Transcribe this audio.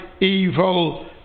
evil